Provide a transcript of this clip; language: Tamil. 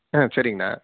ஆ சரிங்கண்ணா